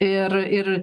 ir ir